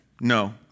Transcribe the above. No